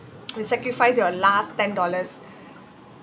we sacrifice your last ten dollars